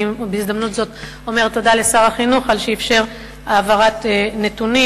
ובהזדמנות זאת אני אומרת תודה לשר החינוך על שאפשר העברת נתונים,